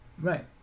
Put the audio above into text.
Right